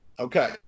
Okay